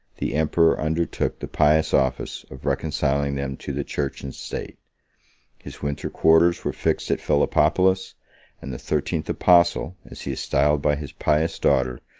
the emperor undertook the pious office of reconciling them to the church and state his winter quarters were fixed at philippopolis and the thirteenth apostle, as he is styled by his pious daughter,